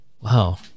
Wow